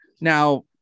Now